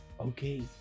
okay